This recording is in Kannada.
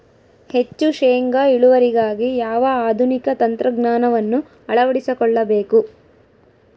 ಹೆಚ್ಚು ಶೇಂಗಾ ಇಳುವರಿಗಾಗಿ ಯಾವ ಆಧುನಿಕ ತಂತ್ರಜ್ಞಾನವನ್ನು ಅಳವಡಿಸಿಕೊಳ್ಳಬೇಕು?